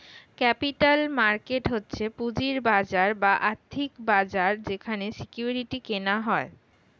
capital market হচ্ছে পুঁজির বাজার বা আর্থিক বাজার যেখানে সিকিউরিটি কেনা হয়